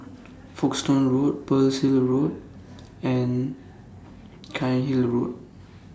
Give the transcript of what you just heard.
Folkestone Road Pearl's Hill Road and Cairnhill Road